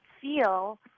feel